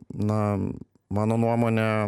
na mano nuomone